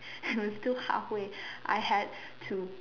and it was still halfway I had to